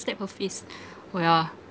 slap her face oh yeah